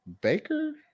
Baker